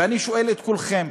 ואני שואל את כולכם,